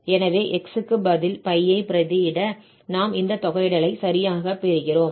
எனவே x க்கு பதில் π ஐ பிரதியிட நாம் இந்த தொகையிடலைப் சரியாகப் பெறுகிறோம்